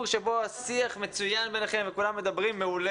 שבו השיח מצוין ביניכם וכולם מדברים מעולה.